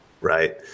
Right